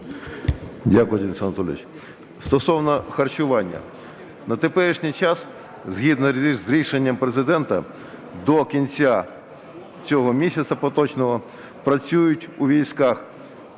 Дякую, Денис Анатолійович. Стосовно харчування. На теперішній час згідно з рішенням Президента до кінця цього місяця поточного працює у військах